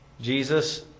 Jesus